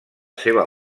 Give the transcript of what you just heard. seva